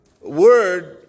word